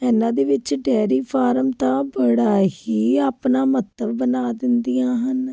ਇਹਨਾਂ ਦੇ ਵਿੱਚ ਡੈਰੀ ਫਾਰਮ ਤਾਂ ਬੜਾ ਹੀ ਆਪਣਾ ਮਹੱਤਵ ਬਣਾ ਦਿੰਦੀਆਂ ਹਨ